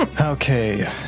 Okay